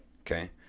okay